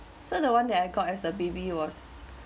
so the one that I got as a baby was